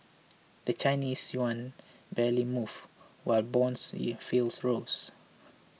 the Chinese yuan barely moved while bond yields rose